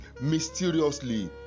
mysteriously